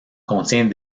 contient